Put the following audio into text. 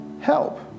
help